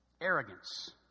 arrogance